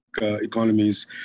economies